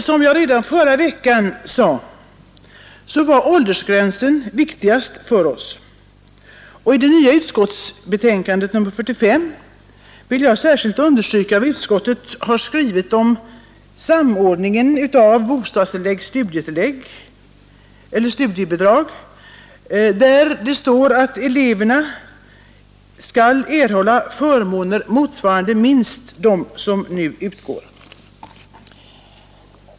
Som jag redan förra veckan framhöll var emellertid åldersgränsen det viktigaste för oss, och jag vill nu särskilt understryka vad utskottet i sitt nya betänkande nr 45 har skrivit om samordningen av bostadstillägg och studiebidrag. Utskottet skriver där att eleverna skall erhålla förmåner motsvarande minst dem som nu utgår.